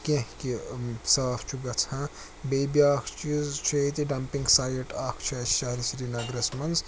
کیٚنٛہہ کہِ صاف چھُ گَژھان بیٚیہِ بیٛاکھ چیٖز چھُ ییٚتہِ ڈَمپِنٛگ سایٹ اَکھ چھِ اَسہِ شہر سرینَگرَس منٛز